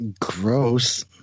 Gross